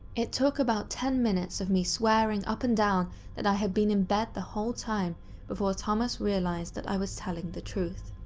it took about ten minutes of me swearing up and down that i had been in bed the whole time before thomas realized that i was telling the truth.